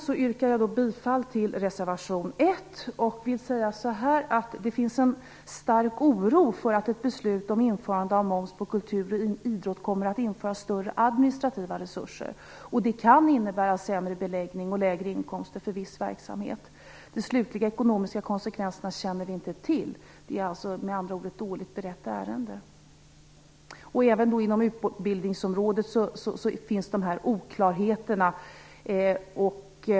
Jag yrkar bifall till reservation 1. Det finns en stark oro för att ett beslut om införande av moms på kultur och idrott kommer att kräva större administrativa resurser. Det kan innbära sämre beläggning och lägre inkomster för viss verksamhet. De slutliga ekonomiska konsekvenserna känner vi inte till. Det är med andra ord ett dåligt berett ärende. Även inom utbildningsområdet finns oklarheter.